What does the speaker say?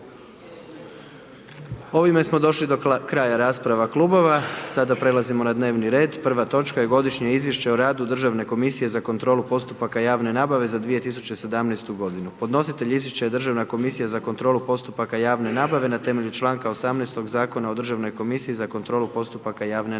Ovime smo došli do kraja rasprava klubova, sada prelazimo na dnevni red, prva točka je: - Godišnje izvješće o radu Državne komisije za kontrolu postupaka javne nabave za 2017.g. Podnositelj izvješća je Državna komisija za kontrolu postupaka javne nabave na temelju čl. 18. Zakona o Državnoj komisiji za kontrolu postupaka javne nabave.